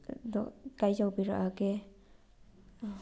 ꯑꯗꯣ ꯀꯥꯏ ꯌꯧꯕꯤꯔꯛꯑꯒꯦ